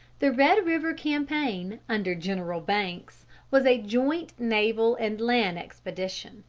the red river campaign under general banks was a joint naval and land expedition,